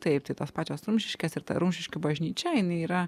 taip tai tos pačios rumšiškės ir ta rumšiškių bažnyčia jinai yra